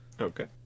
Okay